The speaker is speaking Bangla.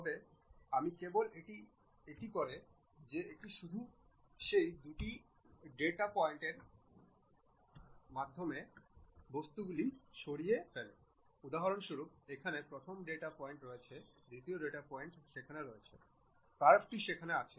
যদি আমি কেবল এটি করি যে এটি শুধু সেই দুটি ডেটা পয়েন্টস এর মধ্যবর্তী বস্তুটি সরিয়ে ফেলবে উদাহরণস্বরূপ এখানে প্রথম ডেটা পয়েন্ট রয়েছে দ্বিতীয় ডেটা পয়েন্ট সেখানে রয়েছে কার্ভটি সেখানে আছে